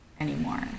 anymore